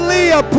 Leah